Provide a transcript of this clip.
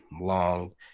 long